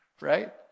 right